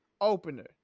opener